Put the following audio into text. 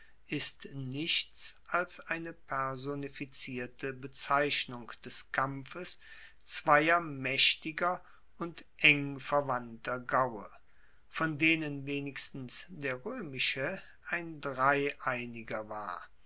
ist nichts als eine personifizierte bezeichnung des kampfes zweier maechtiger und eng verwandter gaue von denen wenigstens der roemische ein dreieiniger war